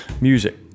music